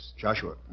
Joshua